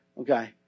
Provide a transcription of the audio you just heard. okay